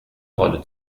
rolle